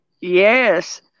yes